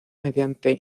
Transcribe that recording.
mediante